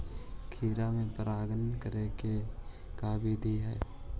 खिरा मे परागण करे के का बिधि है?